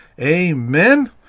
Amen